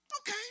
Okay